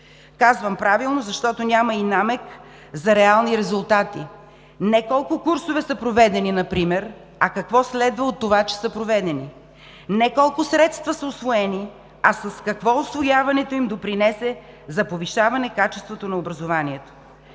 Казвам: правилно, защото няма и намек за реални резултати. Не колко курсове са проведени например, а какво следва от това, че са проведени? Не колко средства са усвоени, а с какво усвояването им допринесе за повишаване качеството на образованието?